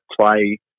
play